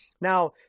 Now